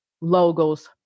logos